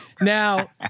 Now